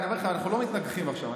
אנחנו לא מתנגחים עכשיו,